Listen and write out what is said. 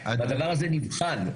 והדבר הזה נבחן,